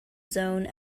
zone